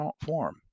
form